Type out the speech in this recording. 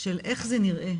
של איך זה נראה.